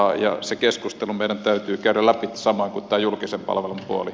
se keskustelu meidän täytyy käydä läpi samoin kuin tämä julkisen palvelun puoli